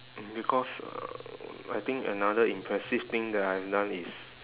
mm because um I think another impressive thing that I have done is